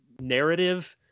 narrative